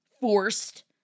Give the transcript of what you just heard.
forced